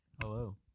Hello